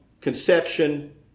conception